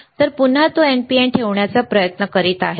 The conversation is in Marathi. तर पुन्हा तो NPN ठेवण्याचा प्रयत्न करीत आहे